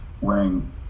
wearing